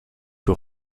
que